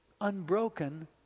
unbroken